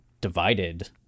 divided